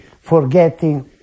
forgetting